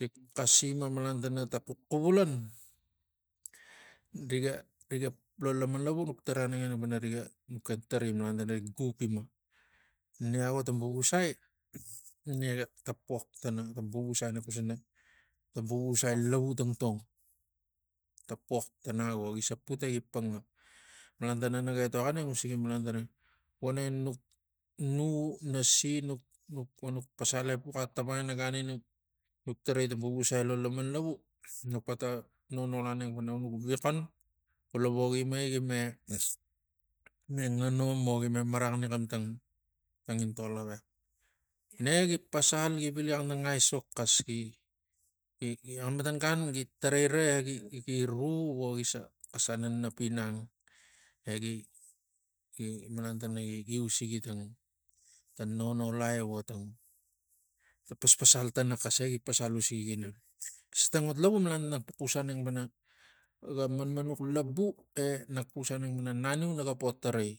Rik xasima malan tana tang xuxuvulan riga riga riga po lo laman lavu nuk tarai anengani pana nuk ken tarai malan tana gi gup gima ne ago tavuvusai ne ga ta pox tana ta vuvusai nak xus pana ta vuvusai labu tangtong ta pox tana ago gi se put egi panga malan tana naga etoxani usigi malan tana voneng nu nasi nuk- nuk vokuk pasal epux e taptapangai ina gan nuk- nuk tarai tang vuvusai lo laman lavu nuk pata nonol aneng pana nuk viaxan xula vogi ima egi ma ngan om o gime maraxani kam tang tangintol gavex ne gi pasal gi vili xanatang aisok xas gi- gi- gi xematan gan gi tarai ra egi gi ru vo gi- gi xas ananapinang egi gi- gi malan tana gi- gi usigi tang ta nonolai vo tang paspasal tana xas egi pasal usigi ginang. Xisang tang ot lavu malan nak xus aneng pana ga manmanux labu e nak xus aneng pana naniu naga po tarai